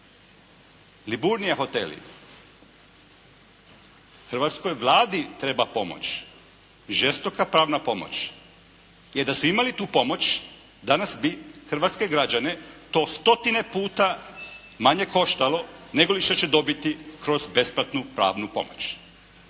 Liburnia hoteli. Hrvatskoj Vladi treba pomoć, žestoka pravna pomoć jer da su imali tu pomoć danas bi hrvatske građane to stotine puta manje koštalo nego li što će dobiti kroz besplatnu pravnu pomoć.